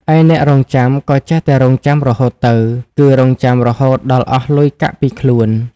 ឯអ្នករង់ចាំក៏ចេះតែរង់ចាំរហូតទៅ គឺរង់ចាំរហូតដល់អស់លុយកាក់ពីខ្លួន ។